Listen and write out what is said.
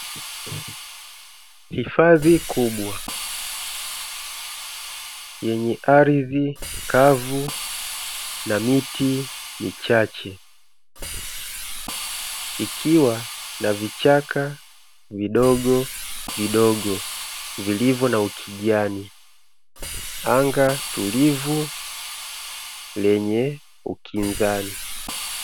Hifadhi kubwa yenye ardhi kavu na miti michache ikiwa na vichaka vidogovidogo vilivyo na ukijani, anga tulivu lenye ukinzani.